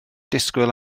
disgwyl